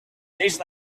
tastes